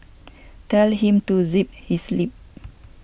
tell him to zip his lip